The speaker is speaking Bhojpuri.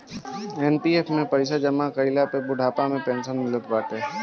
एन.पी.एफ में पईसा जमा कईला पे बुढ़ापा में पेंशन मिलत बाटे